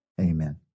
amen